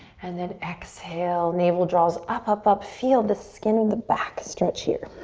and then exhale, navel draws up, up, up. feel the skin of the back stretch here.